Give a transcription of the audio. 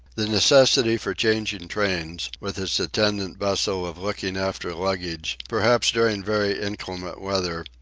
the necessity for changing trains, with its attendant bustle of looking after luggage, perhaps during very inclement weather,